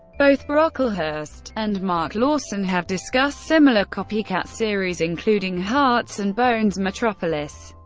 both brocklehurst and mark lawson have discussed similar copycat series, including hearts and bones, metropolis,